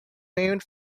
named